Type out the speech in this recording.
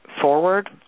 forward